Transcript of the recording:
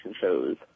shows